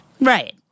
Right